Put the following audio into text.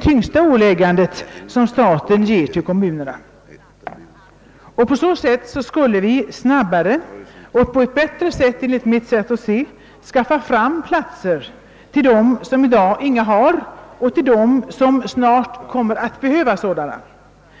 tyngsta åtagande som staten ger kommunerna. På så sätt skulle vi snabbare och på ett bättre sätt skaffa fram platser till dem som i dag inga har och till dem som snart kommer att behöva sådana.